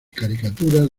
caricaturas